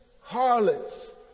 harlots